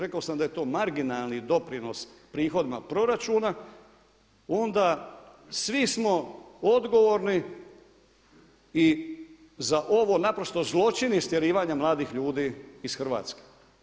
Rekao sam da je to marginalni doprinos prihodima proračuna, onda svi smo odgovorni i za ovo naprosto zločin istjerivanja mladih ljudi iz Hrvatske.